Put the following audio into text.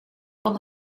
van